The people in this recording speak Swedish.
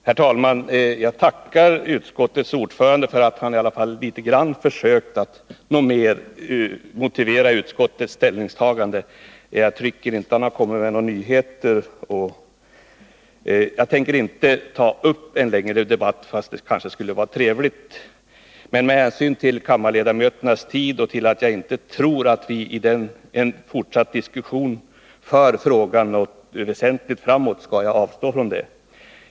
Herr talman! Jag tackar utskottets ordförande för att han i alla fall litet grand har försökt något mer motivera utskottets ställningstagande, men jag tycker inte att han har kommit med några nyheter. Jag tänker inte ta upp en längre debatt, även om det skulle ha varit trevligt. Men med hänsyn till kammarledamöternas tid och eftersom jag inte tror att vi i en fortsatt diskussion kan föra frågan väsentligt framåt, skall jag avstå från det.